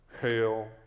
hail